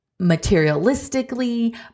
materialistically